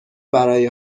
برای